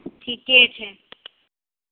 ठीके छै